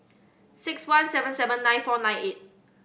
six one seven seven nine four nine eight